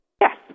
Yes